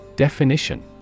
Definition